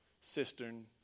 cistern